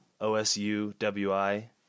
O-S-U-W-I